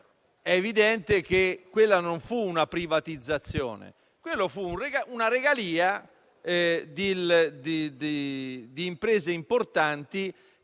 È evidente che quella non fu una privatizzazione; fu una regalia di imprese importanti